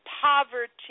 poverty